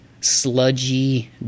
sludgy